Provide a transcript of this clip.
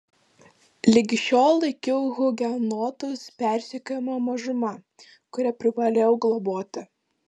ligi šiol laikiau hugenotus persekiojama mažuma kurią privalėjau globoti